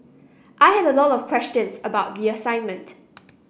I had a lot of questions about the assignment